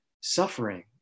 suffering